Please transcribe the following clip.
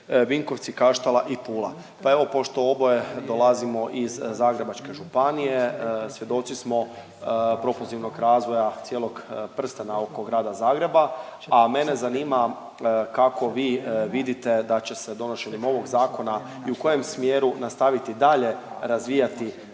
Vinkovci, Kaštela i Pula. Pa evo, pošto oboje dolazimo iz Zagrebačke županije, svjedoci smo propulzivnog razvoja cijelog prstena oko grada Zagreba, a mene zanima kako vi vidite da će se donošenjem ovog Zakona i u kojem smjeru nastaviti dalje razvijati,